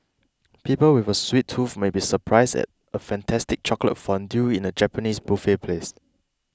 people with a sweet tooth may be surprised at a fantastic chocolate fondue in a Japanese buffet place